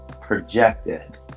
projected